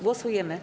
Głosujemy.